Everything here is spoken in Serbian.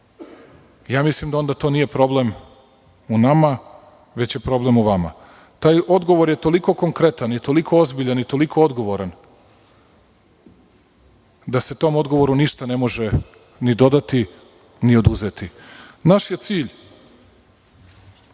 vas, mislim da onda to nije problem u nama, već je problem u vama. Taj odgovor je toliko konkretan, toliko ozbiljan i toliko odgovoran, da se tom odgovoru ništa ne može ni dodati ni oduzeti. Naš je cilj